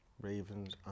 Ravens